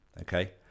Okay